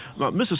Mrs